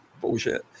bullshit